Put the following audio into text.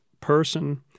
person